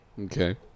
Okay